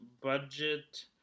budget